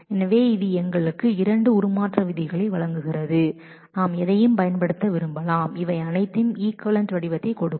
எனவே அவை நமக்கு இரண்டு டிரன்ஸ்பாமேஷன் நிபந்தனைகளை தருகின்றன அவற்றை நாம் பயன்படுத்தலாம் அவை நமக்கு ஈக்விவலெண்ட் வடிவத்தை கொடுக்கும்